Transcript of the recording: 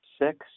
six